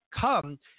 come